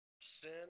sin